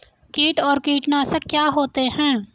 कीट और कीटनाशक क्या होते हैं?